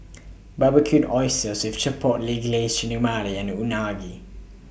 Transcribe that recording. Barbecued Oysters with Chipotle Glaze Chigenabe and Unagi